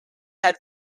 had